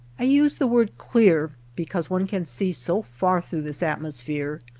i use the word clear because one can see so far through this atmosphere,